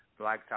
blacktop